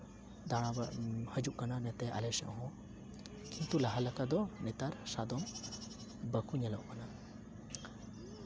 ᱫᱟᱬᱟ ᱵᱟᱲᱟ ᱦᱤᱡᱩᱜ ᱠᱟᱱᱟ ᱱᱚᱛᱮ ᱟᱞᱮ ᱥᱮᱜ ᱦᱚᱸ ᱠᱤᱱᱛᱩ ᱞᱟᱦᱟ ᱞᱮᱠᱟ ᱫᱚ ᱱᱮᱛᱟᱨ ᱥᱟᱫᱚᱢ ᱵᱟᱹᱠᱚ ᱧᱮᱞᱚᱜ ᱠᱟᱱᱟ